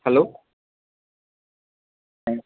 hello হ্যাঁ